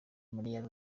maria